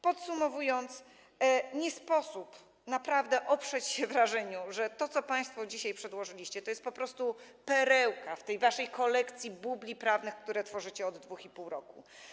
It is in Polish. Podsumowując, nie sposób naprawdę oprzeć się wrażeniu, że to, co państwo dzisiaj przedłożyliście, to jest po prostu perełka w tej waszej kolekcji bubli prawnych, które tworzycie od 2,5 roku.